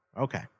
Okay